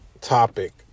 topic